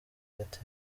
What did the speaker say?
airtel